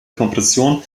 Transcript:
kompression